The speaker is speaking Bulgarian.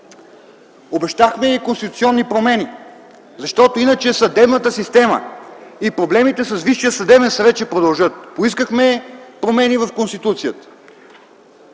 Обещахме и конституционни промени, защото иначе съдебната система и проблемите с Висшия съдебен съвет ще продължат. Поискахме промени в Конституцията